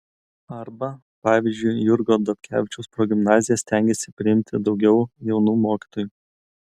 arba pavyzdžiui jurgio dobkevičiaus progimnazija stengiasi priimti daugiau jaunų mokytojų